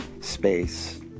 space